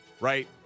right